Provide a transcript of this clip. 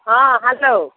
ହଁ ହ୍ୟାଲୋ